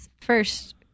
first